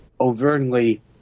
overtly